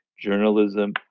journalism